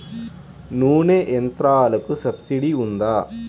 నూనె యంత్రాలకు సబ్సిడీ ఉందా?